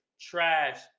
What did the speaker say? trash